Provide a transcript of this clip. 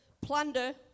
plunder